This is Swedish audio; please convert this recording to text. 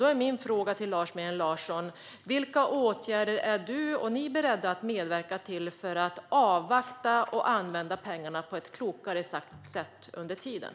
Då är min fråga till Lars Mejern Larsson: Vilka åtgärder är du och ni beredda att medverka till för att avvakta och använda pengarna på ett klokare sätt under tiden?